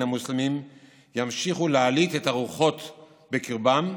המוסלמים ימשיכו להלהיט את הרוחות בקרבם.